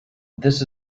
this